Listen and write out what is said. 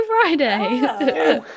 Friday